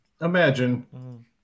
imagine